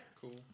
Cool